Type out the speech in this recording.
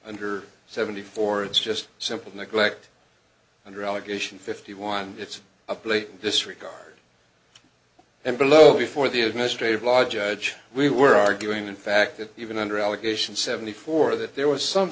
under seventy four it's just simple neglect and allegation fifty one it's a place disregard and below before the administrative law judge we were arguing in fact that even under allegation seventy four that there was some